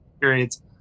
periods